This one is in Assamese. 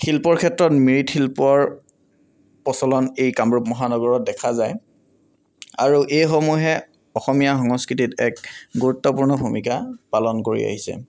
শিল্পৰ ক্ষেত্ৰত মৃৎ শিল্পৰ প্ৰচলন এই কামৰূপ মহানগৰত দেখা যায় আৰু এইসমূহে অসমীয়া সংস্কৃতিত এক গুৰুত্বপূৰ্ণ ভূমিকা পালন কৰি আহিছে